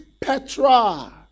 Petra